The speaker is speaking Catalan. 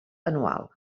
anual